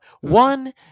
one